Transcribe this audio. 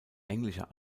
englischer